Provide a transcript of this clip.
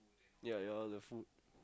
ya you all love food